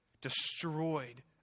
destroyed